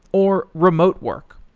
or remote work.